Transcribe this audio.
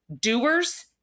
doers